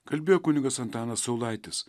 kalbėjo kunigas antanas saulaitis